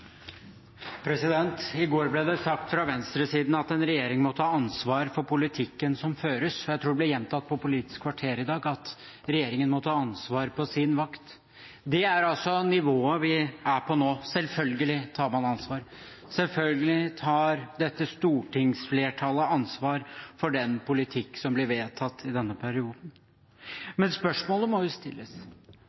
I går ble det sagt fra venstresiden at en regjering må ta ansvar for politikken som føres, og jeg tror det ble gjentatt i Politisk kvarter i dag at regjeringen må ta ansvar på sin vakt. Det er altså nivået vi er på nå. Selvfølgelig tar man ansvar. Selvfølgelig tar dette stortingsflertallet ansvar for den politikken som blir vedtatt i denne perioden. Men spørsmålet må jo stilles: